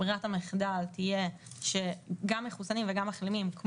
וכך גם מחוסנים וגם מחלימים,